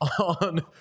on